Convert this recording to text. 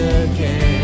again